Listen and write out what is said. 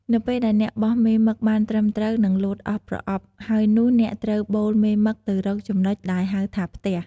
នៅពេលដែលអ្នកបោះមេមឹកបានត្រឹមត្រួវ និង លោតអស់ប្រអប់ហើយនោះ អ្នកត្រូវប៉ូលមេមឹកទៅរកចំណុចដែរហៅថាផ្ទះ។